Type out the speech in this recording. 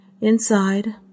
Inside